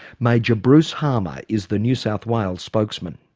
major bruce harmer is the new south wales spokesman.